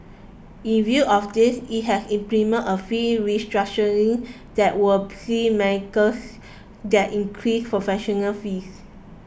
in view of this it has implemented a fee restructuring that will see makers get increased professional fees